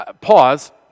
Pause